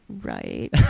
right